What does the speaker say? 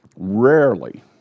Rarely